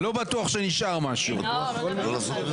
אני גם מוריד את הרביזיות.